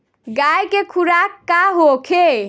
गाय के खुराक का होखे?